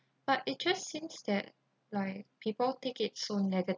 but it just seems that like people take it so negatively